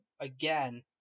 again